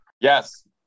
Yes